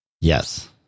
Yes